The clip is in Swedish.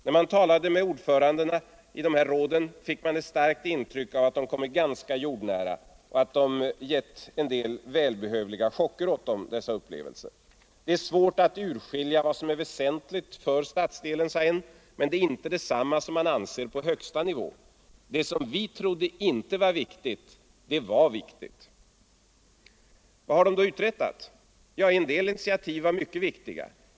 När man talade med bydelsordförandena fick man ett starkt intryck av att de kommit ganska jordnära — och att det givit en del välbehövliga chocker. Det är så svårt att urskilja vad som är väsentligt för bydelen, sade en, men det är inte detsamma som man anser på högsta nivå. Det som vi trodde inte var viktigt — det var viktigt.” Vad har då kommundelsråden praktiskt uträttat? Helge Eriksson skriver: ”En del initiativ var synnerligen viktiga.